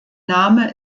name